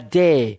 day